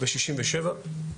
וששים ושבע.